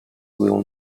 will